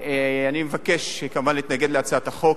אני מבקש כמובן להתנגד להצעת החוק,